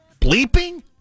bleeping